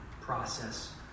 process